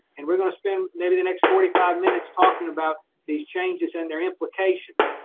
and we're going to spend maybe the next forty five minutes talking about these changes and their implications.